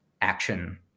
action